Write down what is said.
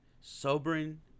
Sobering